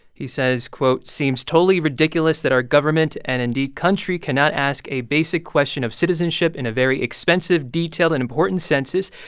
he says, quote, seems totally ridiculous that our government and indeed country cannot ask a basic question of citizenship in a very expensive, detailed and important census.